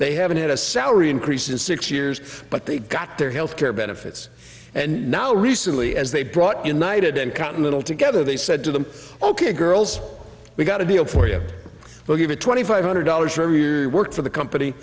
they haven't had a salary increase in six years but they got their health care benefits and now recently as they brought in knighted and continental together they said to them ok girls we got a deal for you we'll give you twenty five hundred dollars for every work for the company